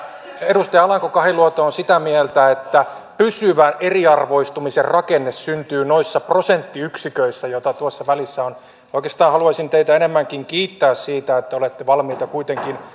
edustaja alanko kahiluoto on sitä mieltä että pysyvän eriarvoistumisen rakenne syntyy noissa prosenttiyksiköissä joita tuossa välissä on oikeastaan haluaisin teitä enemmänkin kiittää siitä että olette valmiita kuitenkin